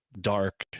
dark